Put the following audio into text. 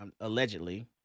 allegedly